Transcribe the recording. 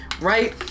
right